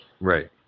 right